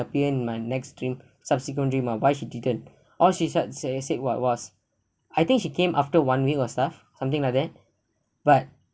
appear in my next dream subsequent dream ah why she didn't all she just say said was was I think she came after one week or stuff something like that but